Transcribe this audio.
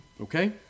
Okay